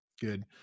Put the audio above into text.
Good